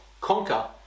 conquer